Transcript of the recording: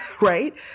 right